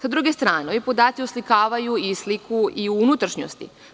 Sa druge strane, ovi podaci oslikavaju i sliku i u unutrašnjosti.